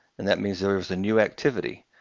and that means there was a new activity.